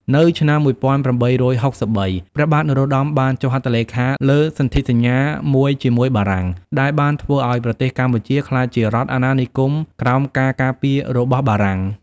នៅឆ្នាំ ១៨៦៣ ព្រះបាទនរោត្តមបានចុះហត្ថលេខាលើសន្ធិសញ្ញាមួយជាមួយបារាំង ដែលបានធ្វើឱ្យប្រទេសកម្ពុជាក្លាយជារដ្ឋអាណានិគមក្រោមការការពាររបស់បារាំង។